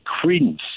credence